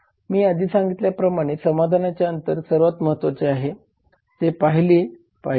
मी आधी सांगितल्याप्रमाणे हे समाधानाचे अंतर सर्वात महत्वाचे अंतर आहे ते पाहिले पाहिजे